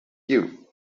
you